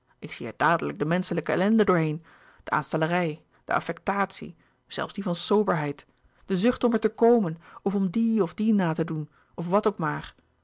ik zie er dadelijk de menschelijke ellende doorheen de aanstellerij de affectatie zelfs die van soberheid de zucht om er te komen of om die of die na te doen of wat ook maar